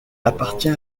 appartient